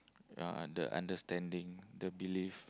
ya the understanding the belief